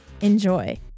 Enjoy